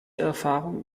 erfahrung